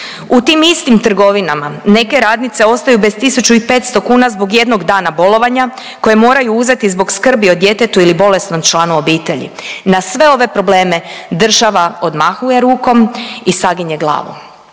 U tim istim trgovinama neke radnice ostaju bez 1.500 kuna zbog jednog dana bolovanja koje moraju uzeti zbog skrbi o djetetu ili bolesnom članu obitelji. Na sve ove probleme država odmahuje rukom i saginje glavu.